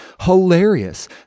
hilarious